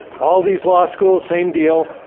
all these law schools same deal.